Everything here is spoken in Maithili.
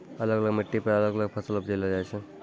अलग अलग मिट्टी पर अलग अलग फसल उपजैलो जाय छै